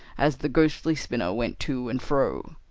as the ghostly spinner went to and fro.